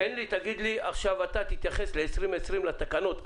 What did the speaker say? שמואל, תתייחס ל-2020, לתקנות.